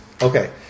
Okay